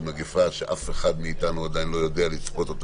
של מגיפה שאף אחד מאתנו עדיין לא יודע לצפות אותה.